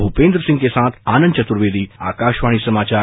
भूपेंद्र सिंह के साथ आनंद चतुर्वेदी आकाशवाणी समाचार